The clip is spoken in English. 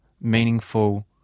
meaningful